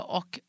och